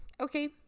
Okay